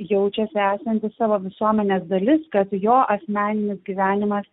jaučiasi esantis savo visuomenės dalis kad jo asmeninis gyvenimas